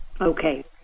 Okay